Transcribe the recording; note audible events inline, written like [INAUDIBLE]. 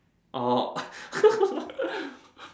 or [LAUGHS]